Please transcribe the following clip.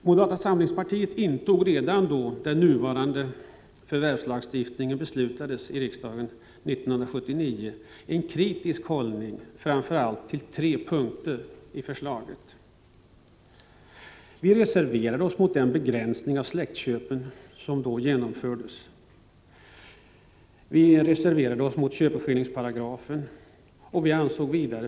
Moderata samlingspartiet intog redan då den nuvarande förvärvslagstiftningen beslutades i riksdagen 1979 en kritisk hållning framför allt till tre punkter i förslaget. Vi reserverade oss för det första mot den begränsning av släktskapsförvärv som då genomfördes och för det andra mot köpeskillings paragrafen.